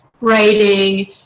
writing